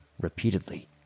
repeatedly